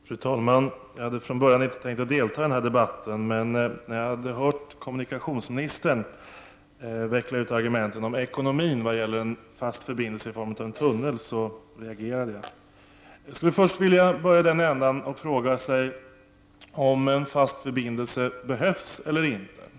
Fru talman! Jag hade från början inte tänkt att delta i denna debatt. Men när jag hade hört kommunikationsministern veckla ut argumenten om ekonomin vad gäller en fast förbindelse i form av en tunnel reagerade jag. Jag vill först börja med att fråga om en fast förbindelse behövs eller inte.